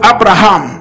Abraham